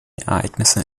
ereignisse